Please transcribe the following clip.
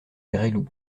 gresloup